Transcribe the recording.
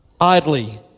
idly